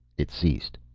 it ceased.